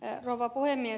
rouva puhemies